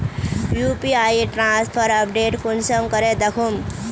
UPI transfer update कुंसम करे दखुम?